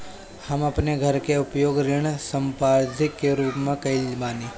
हम अपन घर के उपयोग ऋण संपार्श्विक के रूप में कईले बानी